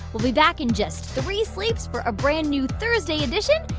we'll be back in just three sleeps for a brand new thursday edition.